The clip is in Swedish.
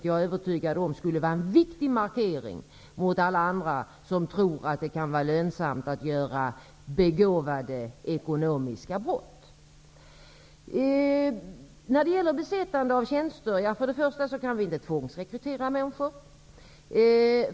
Jag är övertygad om att det skulle vara en viktig markering mot alla som tror att det kan vara lönsamt att begå begåvade ekonomiska brott. När det gäller besättande av tjänster vill jag först säga att vi inte kan tvångsrekrytera människor.